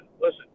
listen